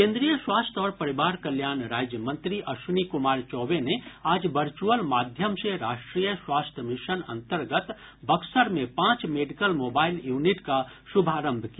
केंद्रीय स्वास्थ्य और परिवार कल्याण राज्य मंत्री अश्विनी कुमार चौबे ने आज वर्चुअल माध्यम से राष्ट्रीय स्वास्थ्य मिशन अंतर्गत बक्सर में पांच मेडिकल मोबाइल यूनिट का शुभारंभ किया